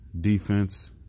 defense